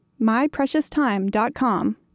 myprecioustime.com